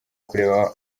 kureba